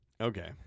Okay